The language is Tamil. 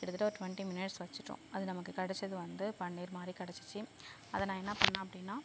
கிட்டத்தட்ட ஒரு ட்டுவென்டி மினிட்ஸ் வெச்சிட்டோம் அது நமக்கு கெடைச்சது வந்து பன்னீர் மாதிரி கிடைச்சிச்சி அதை நான் என்ன பண்ணேன் அப்படினா